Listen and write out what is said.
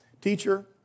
Teacher